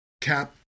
cap